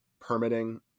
permitting